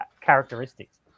characteristics